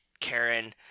Karen